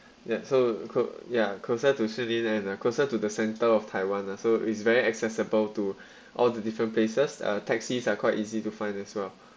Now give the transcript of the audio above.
ya so ya closer to shi lin and closer to the centre of taiwan lah so it's very accessible to all the different places uh taxis are quite easy to find as well